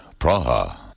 Praha